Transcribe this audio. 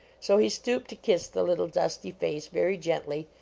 so he stooped to kiss the little dusty face very gently,